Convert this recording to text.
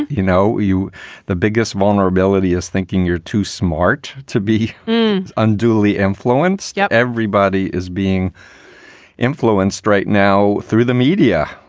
you know, you the biggest vulnerability is thinking you're too smart to be unduly influenced. yet everybody is being influenced right now through the media.